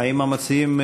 האם המציעים,